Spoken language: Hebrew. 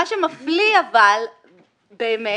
מה שמפליא באמת